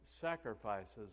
sacrifices